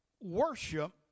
worship